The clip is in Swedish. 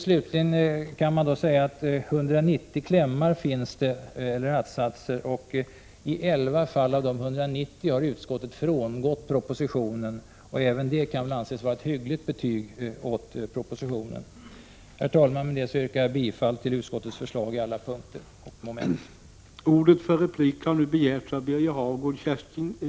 Slutligen kan nämnas att det finns 190 att-satser. I elva fall av dessa har utskottet frångått propositionen. Även detta kan väl anses vara ett hyggligt betyg åt propositionen. Herr talman! Med det anförda yrkar jag på alla punkter och i alla moment bifall till utskottets förslag.